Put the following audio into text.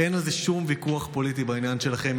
אין שום ויכוח פוליטי בעניין שלכם.